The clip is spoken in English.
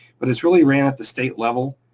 but it's really ran at the state level,